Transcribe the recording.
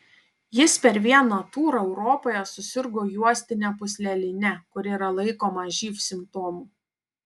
jis per vieną turą europoje susirgo juostine pūsleline kuri yra laikoma živ simptomu